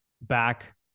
back